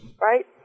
right